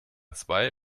zwei